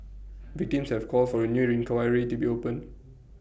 victims have called for A new inquiry to be opened